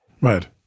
Right